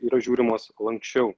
yra žiūrimos lanksčiau